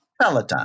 Peloton